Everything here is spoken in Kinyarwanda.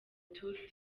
tour